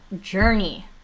journey